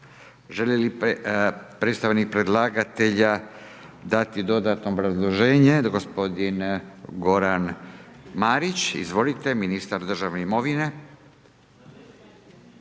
Želi li predstavnik predlagatelja dati dodatno obrazloženje? Gospodin Goran Marić, izvolite, ministar državne imovine.